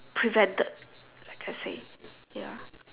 prevented like I say ya